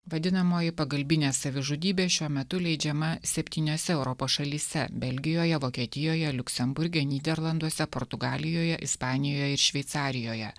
vadinamoji pagalbinė savižudybė šiuo metu leidžiama septyniose europos šalyse belgijoje vokietijoje liuksemburge nyderlanduose portugalijoje ispanijoje ir šveicarijoje